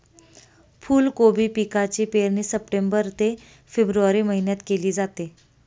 फुलकोबी पिकाची पेरणी सप्टेंबर ते फेब्रुवारी महिन्यात केली जाते